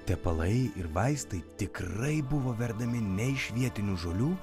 tepalai ir vaistai tikrai buvo verdami ne iš vietinių žolių